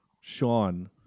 sean